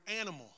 animal